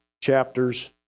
chapters